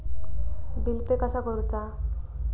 Bill pay कसा करुचा?